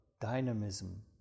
dynamism